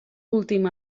últim